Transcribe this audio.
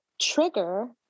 trigger